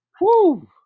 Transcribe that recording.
Woo